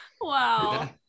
Wow